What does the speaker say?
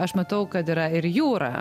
aš matau kad yra ir jūra